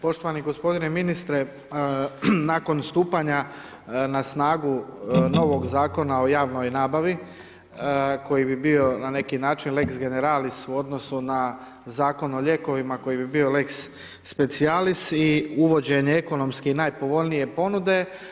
Poštovani gospodine ministre, nakon stupanja na snagu novog Zakona o javnoj nabavi koji bi bio na neki način lex generalis u odnosu na Zakon o lijekovima koji bi bio lex specialis i uvođenje ekonomske i najpovoljnije ponude.